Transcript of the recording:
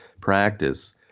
practice